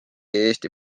eesti